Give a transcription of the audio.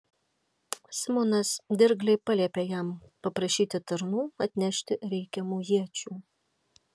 simonas dirgliai paliepė jam paprašyti tarnų atnešti reikiamų iečių